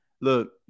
Look